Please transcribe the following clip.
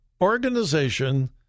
organization